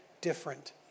different